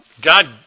God